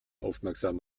aufmerksam